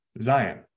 zion